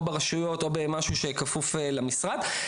ברשויות או במשהו שכפוך למשרד.